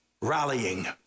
rallying